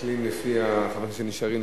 מסתכלים לפי חברי הכנסת שנשארים,